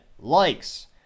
likes